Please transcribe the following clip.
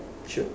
sure